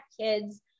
kids